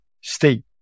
state